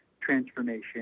transformation